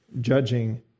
judging